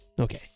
Okay